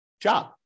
job